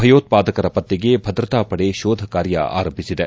ಭಯೋತ್ವಾದಕರ ಪತ್ತೆಗೆ ಭದ್ರತಾ ಪಡೆ ಶೋಧ ಕಾರ್ಯ ಆರಂಭಿಸಿದೆ